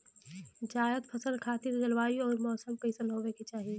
जायद फसल खातिर जलवायु अउर मौसम कइसन होवे के चाही?